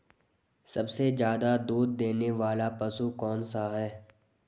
सबसे ज़्यादा दूध देने वाला पशु कौन सा है?